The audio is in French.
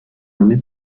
nommé